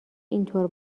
اینطور